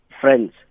friends